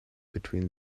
between